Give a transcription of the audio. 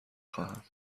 خواهم